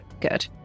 Good